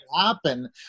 happen